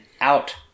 out